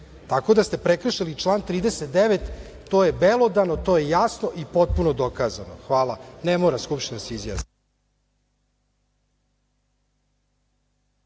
da ste prekršili član 39. To je belodano, to je jasno i potpuno dokazano. Hvala. Ne mora Skupština da se izjasni.